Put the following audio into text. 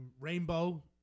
Rainbow